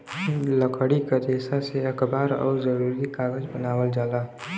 लकड़ी क रेसा से अखबार आउर जरूरी कागज बनावल जाला